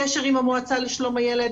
קשר עם המועצה לשלום הילד,